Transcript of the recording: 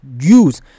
use